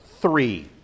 three